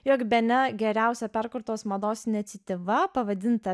jog bene geriausia perkurtos mados iniciatyva pavadinta better